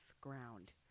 ground